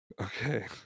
Okay